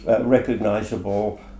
recognizable